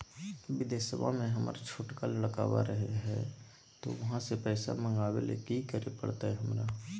बिदेशवा में हमर छोटका लडकवा रहे हय तो वहाँ से पैसा मगाबे ले कि करे परते हमरा?